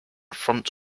front